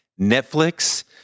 netflix